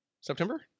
September